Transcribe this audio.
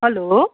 hello